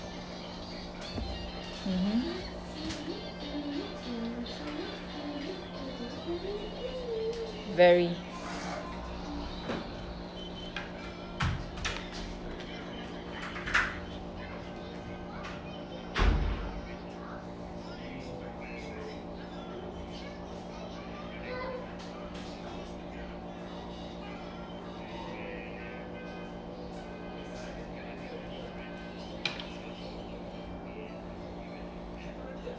mmhmm very